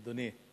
אדוני,